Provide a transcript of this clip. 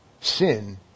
Sin